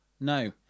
No